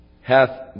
hath